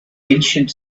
ancient